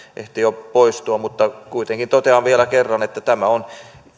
ehti jo poistua mutta kuitenkin totean vielä kerran että tämä on